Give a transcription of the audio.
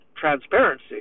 transparency